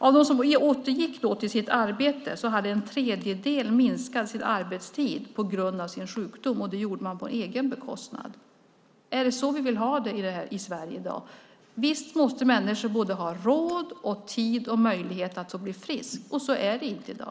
Av dem som återgick till sitt arbete hade en tredjedel minskat sin arbetstid på grund av sin sjukdom, och det gjorde man på egen bekostnad. Är det så vi vill ha det i Sverige i dag? Visst måste människor ha råd, tid och möjlighet att få bli friska? Så är det inte i dag.